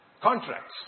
Contracts